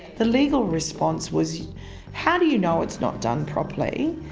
the legal response was how do you know it's not done properly?